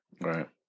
Right